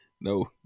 no